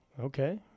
okay